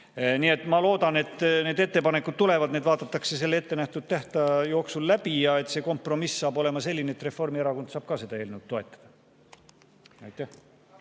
et ma loodan, et need ettepanekud tulevad, need vaadatakse selle ettenähtud tähtaja jooksul läbi ja see kompromiss tuleb selline, et Reformierakond saab ka seda eelnõu toetada. Aitäh,